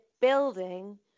building